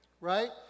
Right